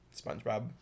Spongebob